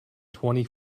twenty